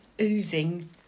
oozing